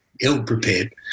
Ill-prepared